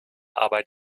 arbeit